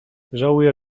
żałuję